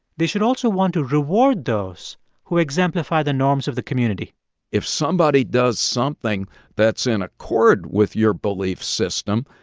they should also want to reward those who exemplify the norms of the community if somebody does something that's in accord with your belief system,